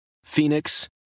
phoenix